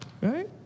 Right